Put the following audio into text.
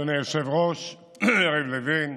אדוני היושב-ראש יריב לוין,